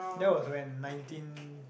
that was when nineteen